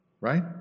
right